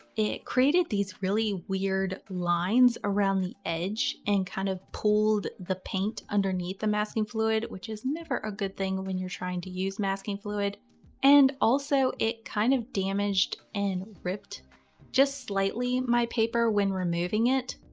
it created these really weird lines around the edge and kind of pulled the paint underneath the masking fluid, which is never a good thing when you're trying to use masking fluid and also it kind of damaged and ripped just slightly my paper when removing it.